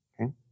Okay